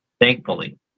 Thankfully